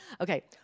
Okay